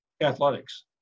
athletics